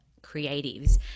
creatives